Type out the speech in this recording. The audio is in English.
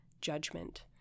judgment